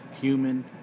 human